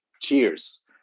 Cheers